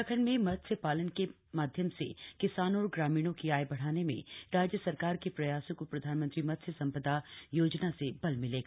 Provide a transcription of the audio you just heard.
उत्तराखण्ड में मत्स्य ालन के माध्यम से किसानों और ग्रामीणों की आय बढ़ाने में राज्य सरकार के प्रयासों को प्रधानमंत्री मत्स्य सम् दा योजना से बल मिलेगा